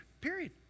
period